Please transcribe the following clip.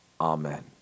Amen